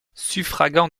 suffragant